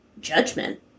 judgment